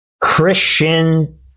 Christian